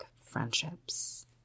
friendships